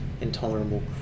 Intolerable